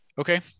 okay